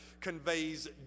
conveys